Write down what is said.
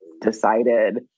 decided